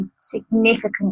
significant